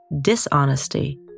dishonesty